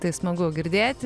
tai smagu girdėti